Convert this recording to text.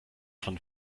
von